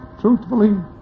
truthfully